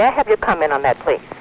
yeah have your comment on that, please?